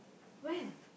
when